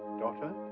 daughter,